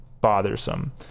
bothersome